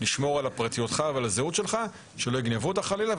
לשמור על פרטיותך ושלא יגנבו את זהותך חלילה,